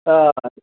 آ